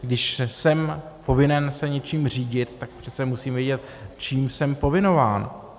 Když jsem povinen se něčím řídit, tak přece musím vědět, čím jsem povinován.